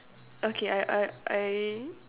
okay I I I